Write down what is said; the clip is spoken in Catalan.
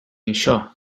això